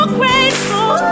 grateful